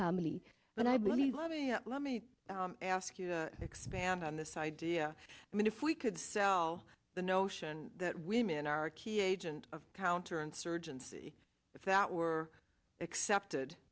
family and i believe let me let me ask you to expand on this idea i mean if we could sell the notion that women are a key agent of counterinsurgency if that were accepted